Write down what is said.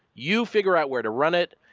you figure out where to run it.